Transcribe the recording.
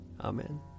Amen